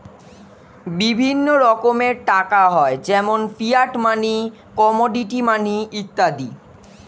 বিভিন্ন রকমের টাকা হয় যেমন ফিয়াট মানি, কমোডিটি মানি ইত্যাদি